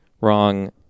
Wrong